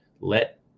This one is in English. Let